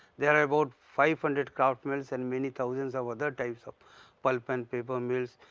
there are about five hundred kraft mills and many thousands of other types of pulp and paper mills,